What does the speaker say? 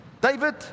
David